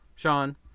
Sean